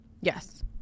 Yes